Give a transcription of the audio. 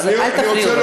אז אל תפריעו לו עכשיו.